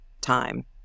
time